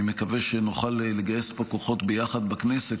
אני מקווה שנוכל לגייס פה כוחות ביחד בכנסת,